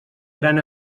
gran